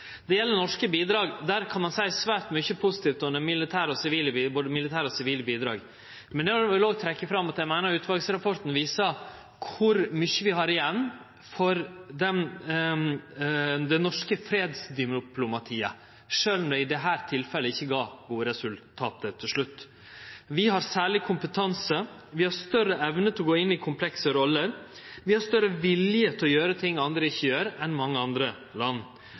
gjeld norske bidrag. Ein kan seie svært mykje positivt om både militære og sivile bidrag, men eg vil òg trekkje fram at eg meiner at utvalets rapport viser kor mykje vi har igjen for det norske fredsdiplomatiet, sjølv om det i dette tilfellet ikkje gav gode resultat til slutt. Vi har særleg kompetanse, vi har større evne til å gå inn i komplekse roller, vi har større vilje til å gjere ting andre ikkje gjer, enn mange andre land.